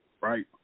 right